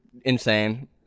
insane